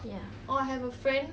ya